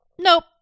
nope